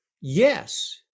Yes